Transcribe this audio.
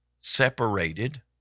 separated